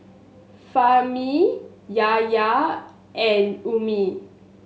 Fahmi Yahaya and Ummi